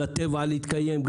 וגם לטבע להתקיים.